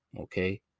Okay